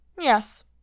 Yes